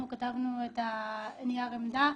אנחנו כתבנו את נייר העמדה.